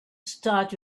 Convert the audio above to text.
start